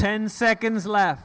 ten seconds left